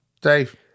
dave